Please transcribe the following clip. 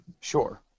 Sure